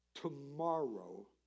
tomorrow